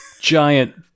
giant